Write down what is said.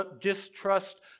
distrust